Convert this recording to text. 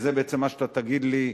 וזה בעצם מה שאתה תגיד לי,